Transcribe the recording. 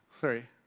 Sorry